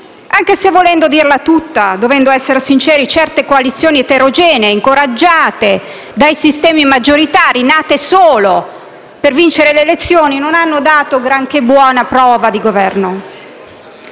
Anche se, volendo dirla tutta e dovendo essere sinceri, certe coalizioni eterogenee, incoraggiate dai sistemi maggioritari e nate solo per vincere le elezioni, non hanno dato granché buona prova di governo.